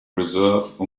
reserve